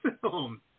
film